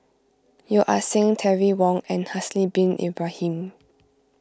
Yeo Ah Seng Terry Wong and Haslir Bin Ibrahim